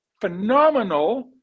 phenomenal